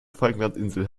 falklandinseln